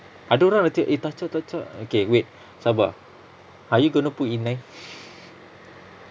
ada orang macam eh touch up touch up okay wait sabar are you going to put inai